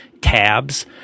tabs